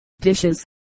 dishes